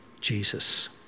Jesus